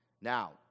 Now